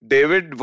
David